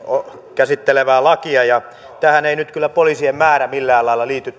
käsitteleväksi laiksi ja tämän lain käsittelyyn ei nyt kyllä poliisien määrä millään lailla liity